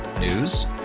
News